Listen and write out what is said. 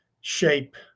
shape